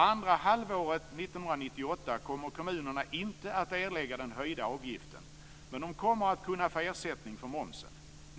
Andra halvåret 1998 kommer kommunerna inte att erlägga den höjda avgiften, men de kommer att kunna få ersättning för momsen.